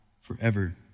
forever